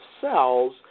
cells